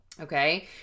Okay